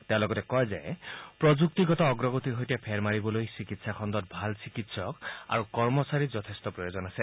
তেওঁ লগতে কয় যে প্ৰযুক্তিগত অগ্ৰগতিৰ সৈতে ফেৰ মাৰিবলৈ চিকিৎসা খণ্ডত ভাল চিকিৎসক আৰু কৰ্মচাৰীৰ যথেষ্ট প্ৰয়োজন আছে